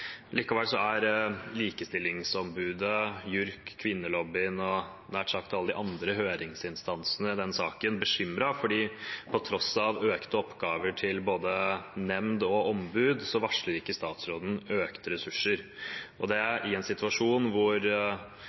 er Likestillingsombudet, JURK, kvinnelobbyen og nær sagt alle de andre høringsinstansene i denne saken bekymret, for på tross av økte oppgaver til både nemnd og ombud varsler ikke statsråden økte ressurser – det i en situasjon hvor